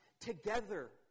together